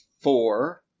four